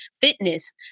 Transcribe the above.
fitness